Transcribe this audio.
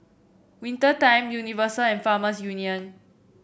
Winter Time Universal and Farmers Union